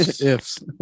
Ifs